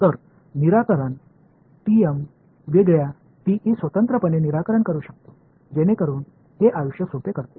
तर निराकरण टीएम वेगळ्या टीई स्वतंत्रपणे निराकरण करू शकतो जेणेकरून हे आयुष्य सोपे करते